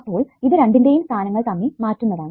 അപ്പോൾ ഇത് രണ്ടിന്റെയും സ്ഥാനങ്ങൾ തമ്മിൽ മാറ്റുന്നതാണ്